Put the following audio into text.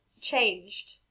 changed